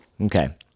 Okay